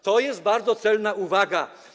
To jest bardzo celna uwaga.